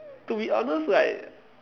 to be honest like